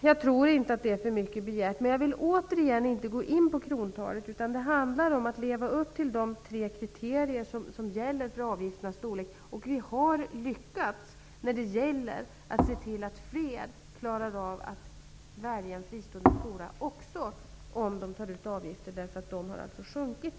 Jag vill emellertid som jag tidigare påpekat inte gå in på krontalet, utan det handlar om att skolorna skall leva upp till de tre kriterier som gäller för avgifternas storlek. Vi har också lyckats se till att fler klarar av att välja en fristående skola, även om dessa tar ut avgifter. Avgifterna har nämligen sjunkit.